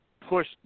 push